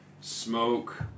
smoke